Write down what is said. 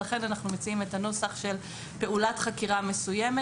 לכן אנחנו מציעים את הנוסח האומר: "פעולת חקירה מסוימת